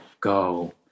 go